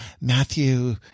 Matthew